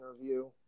interview